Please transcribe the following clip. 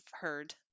heard